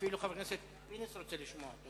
אפילו חבר הכנסת פינס רוצה לשמוע.